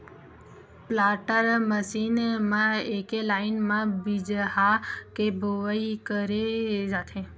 planter machine म एके line म बीजहा के बोवई करे जाथे